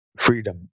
freedom